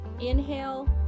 inhale